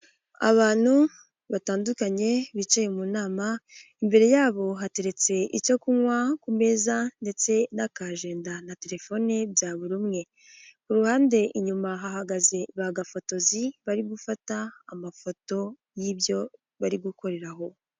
Abantu batandukanye bicaye mu nama imbere yabo hateretse icyo kunywa ku meza ndetse n'akajenda na telefone bya buri umwe ku ruhande inyuma hahagaze ba gafotozi bari gufata amafoto y'ibyo bari gukorera aho.